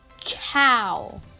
cow